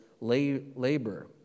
labor